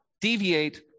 deviate